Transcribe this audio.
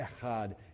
Echad